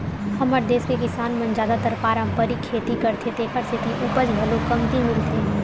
हमर देस के किसान मन जादातर पारंपरिक खेती करथे तेखर सेती उपज घलो कमती मिलथे